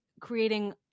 creating